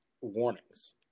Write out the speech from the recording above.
warnings